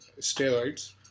steroids